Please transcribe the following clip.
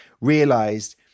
realised